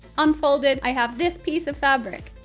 unfolded, i have this piece of fabric.